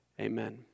Amen